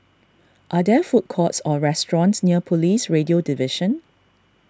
are there food courts or restaurants near Police Radio Division